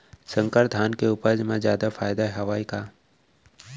संकर धान के उपज मा जादा फायदा हवय का?